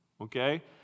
okay